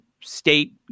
state